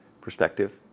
perspective